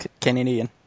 Canadian